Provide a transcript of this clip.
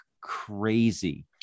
crazy